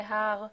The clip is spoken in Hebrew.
של הר,